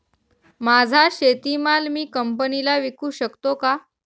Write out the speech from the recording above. माझा शेतीमाल मी कंपनीला विकू शकतो का?